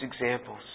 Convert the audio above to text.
examples